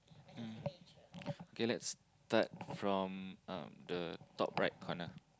um okay let's start from um the top right corner